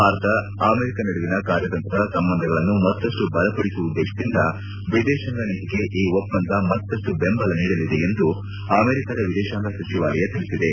Bharat America ನಡುವಿನ ಕಾರ್ಯತಂತ್ರ ಸಂಬಂಧಗಳನ್ನು ಮತ್ತಷ್ಟು ಬಲಪಡಿಸುವ ಉದ್ದೇಶದಿಂದ ವಿದೇಶಾಂಗ ನೀತಿಗೆ ಈ ಒಪ್ಪಂದ ಮತ್ತಷ್ಟು ಬೆಂಬಲ ನೀಡಲಿದೆ ಎಂದು ಅಮೆರಿಕದ ವಿದೇಶಾಂಗ ಸಚಿವಾಲಯ ತಿಳಿಸಿದೆ